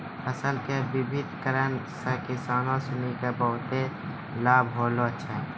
फसल के विविधिकरण सॅ किसानों सिनि क बहुत लाभ होलो छै